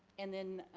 and then